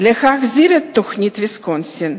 להחזיר את תוכנית ויסקונסין.